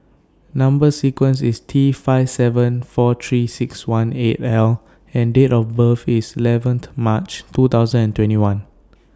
Number sequence IS T five seven four three six one eight L and Date of birth IS eleventh March two thousand and twenty one